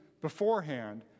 beforehand